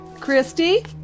Christy